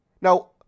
Now